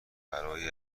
برای